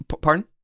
pardon